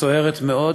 הסוערת מאוד,